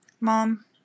Mom